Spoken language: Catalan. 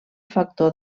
factor